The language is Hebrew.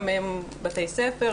גם בתי ספר,